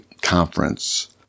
conference